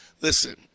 listen